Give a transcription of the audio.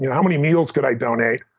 yeah how many meals could i donate?